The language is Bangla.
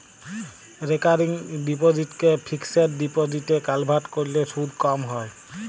রেকারিং ডিপসিটকে ফিকসেড ডিপসিটে কলভার্ট ক্যরলে সুদ ক্যম হ্যয়